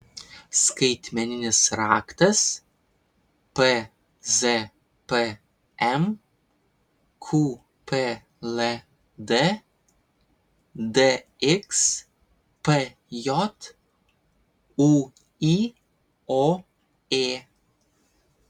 skaitmeninis raktas pzpm qpld dxpj ūioė